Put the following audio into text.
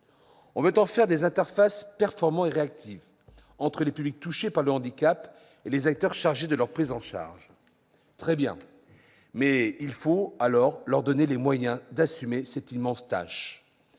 On veut en faire des interfaces performantes et réactives entre les publics touchés par le handicap et les acteurs chargés de leur prise en charge. Très bien ! Mais il faut alors leur donner les moyens d'assumer cette immense tâche.